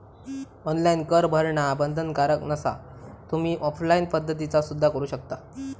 online कर भरणा बंधनकारक नसा, तुम्ही ऑफलाइन पद्धतीना सुद्धा करू शकता